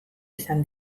izan